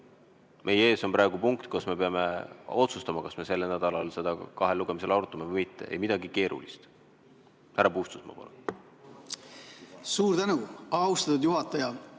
Meie ees on praegu punkt, kus me peame otsustama, kas me sellel nädalal kahte eelnõu kahel lugemisel arutame või mitte. Ei midagi keerulist. Härra Puustusmaa, palun! Suur tänu, austatud juhataja!